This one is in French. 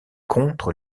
contre